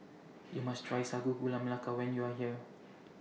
YOU must Try Sago Gula Melaka when YOU Are here